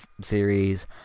series